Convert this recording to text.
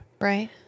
Right